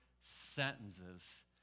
sentences